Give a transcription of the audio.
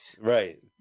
Right